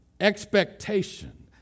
expectation